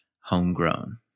homegrown